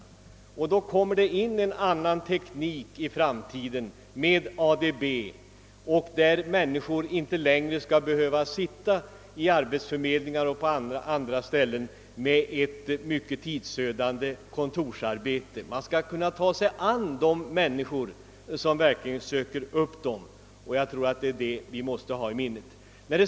I framtiden kommer ju också en annan teknik med ADB in i bilden, och tjänstemän skall inte längre på arbetsförmedlingar och på andra ställen behöva syssla med tidsödande kontorsarbete. I stället skall man kunna ta sig an de människor som uppsöker förmedlingarna. Detta måste vi ha i minnet.